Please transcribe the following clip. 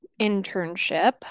internship